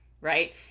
right